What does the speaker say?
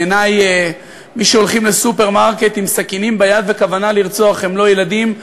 בעיני מי שהולכים לסופרמרקט עם סכינים ביד וכוונה לרצוח הם לא ילדים,